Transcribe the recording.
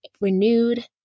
renewed